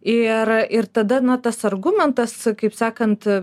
ir ir tada na tas argumentas kaip sakant